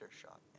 shot